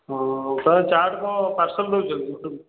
ତମେ ଚାଟ୍ କ'ଣ ପାର୍ସଲ୍ ଦେଉଛ କି ୟୁଟ୍ୟୁବ୍